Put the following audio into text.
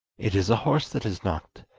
it is a horse that has knocked,